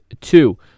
two